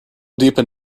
deepened